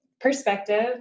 perspective